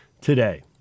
today